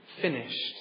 Finished